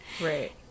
Right